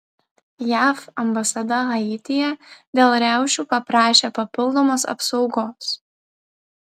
jav ambasada haityje dėl riaušių paprašė papildomos apsaugos